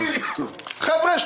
אני מתחנן, חבר'ה.